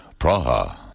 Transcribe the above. Praha